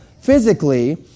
physically